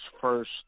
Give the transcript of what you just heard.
first